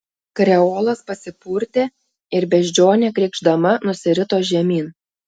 kreolas pasipurtė ir beždžionė krykšdama nusirito žemyn